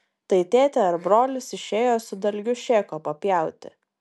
tai tėtė ar brolis išėjo su dalgiu šėko papjauti